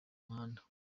muhanda